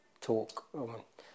talk